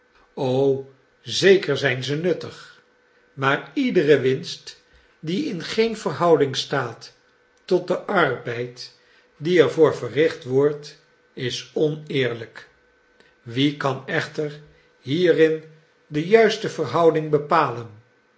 o zeker zijn ze nuttig maar iedere winst die in geen verhouding staat tot den arbeid die er voor verricht wordt is oneerlijk wie kan echter hierin de juiste verhouding bepalen